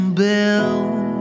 build